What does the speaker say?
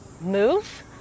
move